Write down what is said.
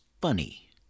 funny